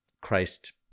christ